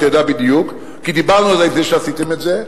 אתה יודע בדיוק כי דיברנו על זה לפני שעשיתם את זה,